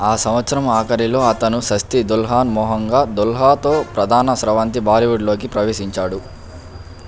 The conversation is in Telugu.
ఆ సంవత్సరం ఆఖరిలో అతను సస్తి దుల్హాన్ మెహంగా దుల్హాతో ప్రధాన స్రవంతి బాలీవుడ్లోకి ప్రవేశించాడు